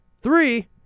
Three